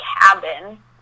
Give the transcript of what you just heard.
cabin